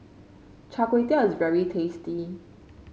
Char Kway Teow is very tasty